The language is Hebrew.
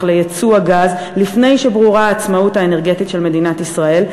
לייצוא הגז לפני שברורה העצמאות האנרגטית של מדינת ישראל,